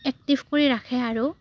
active কৰি ৰাখে আৰু